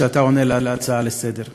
שאתה עונה על ההצעה לסדר-היום.